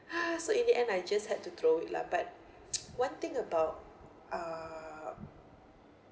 so in the end I just had to throw it lah but one thing about uh